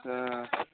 तऽ